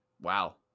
wow